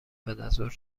بعدازظهر